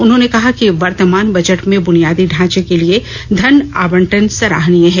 उन्होंने कहा कि वर्तमान बजट में बुनियादी ढांचे के लिए धन आवंटन सराहनीय है